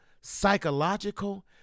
psychological